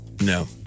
No